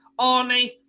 Arnie